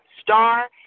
star